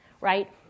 right